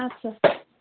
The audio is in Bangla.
আচ্ছা